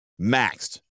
maxed